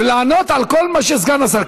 קצת עצוב, אחרי שהפסדת בכל מקום.